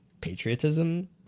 patriotism